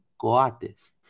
Coates